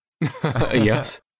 Yes